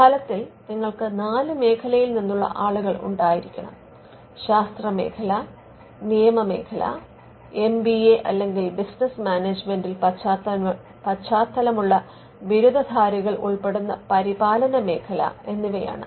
ഫലത്തിൽ നിങ്ങൾക്ക് നാല് മേഖലയിൽ നിന്നുള്ള ആളുകൾ ഉണ്ടായിരിക്കണം ശാസ്ത്ര മേഖല നിയമ മേഖല എം ബി എ അല്ലെങ്കിൽ ബിസിനസ്സ് മാനേജുമെന്റിൽ പശ്ചാത്തലമുള്ള ബിരുദധാരികൾ ഉൾപ്പെടുന്ന പരിപാലന മേഖല എന്നിവയാണ്